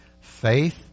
faith